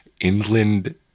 Inland